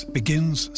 begins